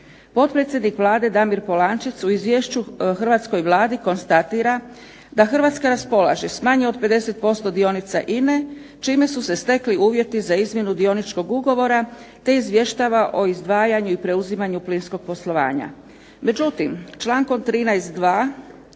Potpredsjednik Vlade Damir Polančec u izvješću hrvatskoj Vladi konstatira da Hrvatska raspolaže s manje od 50% dionica INA-e čime su se stekli uvjeti za izmjenu dioničkog ugovora, te izvještava o izdvajanju i preuzimanju plinskog poslovanja. Međutim, člankom 13.